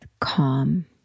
calm